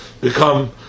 become